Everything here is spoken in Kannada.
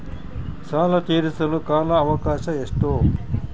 ಸಾಲ ತೇರಿಸಲು ಕಾಲ ಅವಕಾಶ ಎಷ್ಟು?